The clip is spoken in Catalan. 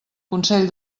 consell